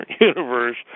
universe